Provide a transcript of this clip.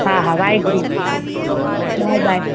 हा हा वाहेगुरु बाए बाए